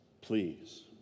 please